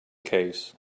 case